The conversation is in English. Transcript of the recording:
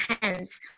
hands